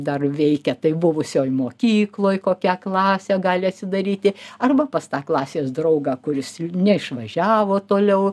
dar veikia tai buvusioj mokykloj kokią klasę gali atsidaryti arba pas tą klasės draugą kuris neišvažiavo toliau